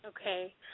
Okay